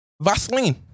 Vaseline